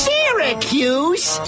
Syracuse